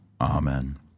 Amen